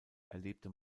erlebte